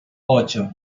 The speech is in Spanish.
ocho